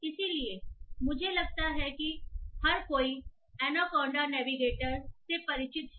इसलिए मुझे लगता है कि हर कोई एनाकोंडा नेविगेटर से परिचित है